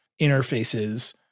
interfaces